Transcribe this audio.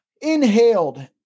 inhaled